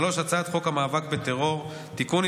3. הצעת חוק המאבק בטרור (תיקון,